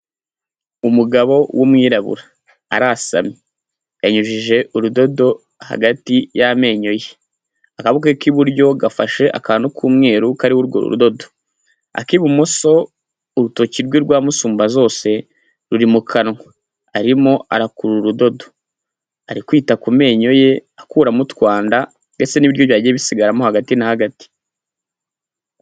Umugabo w'umwirabura. Arasamye. Yanyujije urudodo hagati y'amenyo ye. Akaboko ke k'iburyo gafashe akantu k'umweru kariho urwo rudodo. Ak'ibumoso urutoki rwe rwa musumbazose ruri mu kanwa. Arimo arakurura urudodo. Ari kwita ku menyo ye akuramo utwanda ndetse n'ibiryo byagiye bisigaramo hagati na hagati.